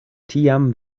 tiam